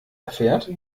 erfährt